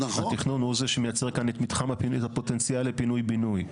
התכנון הוא זה שמייצר כאן את הפוטנציאל לפינוי בינוי.